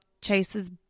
Chase's